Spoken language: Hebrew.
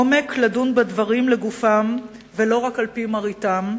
עומק לדון בדברים לגופם ולא רק על-פי מראיתם,